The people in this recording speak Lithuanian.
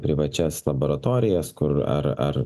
privačias laboratorijas kur ar ar